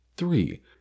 Three